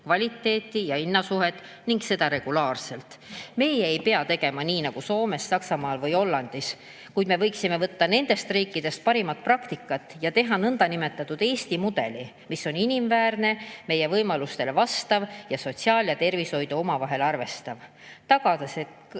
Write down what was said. kvaliteedi ja hinna suhet, tehes seda regulaarselt. Meie ei pea tegema nii nagu Soomes, Saksamaal või Hollandis, kuid me võiksime võtta nende riikide parimad praktikad ja teha nõndanimetatud Eesti mudeli, mis oleks inimväärne, meie võimalustele vastav ning sotsiaal[valdkonda] ja tervishoidu arvestav, tagades